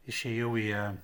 išėjau į